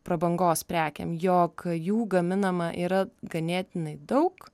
prabangos prekėm jog jų gaminama yra ganėtinai daug